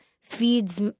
feeds